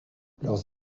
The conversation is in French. leurs